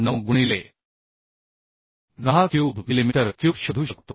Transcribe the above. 9 गुणिले 10 cube millimetre cube शोधू शकतो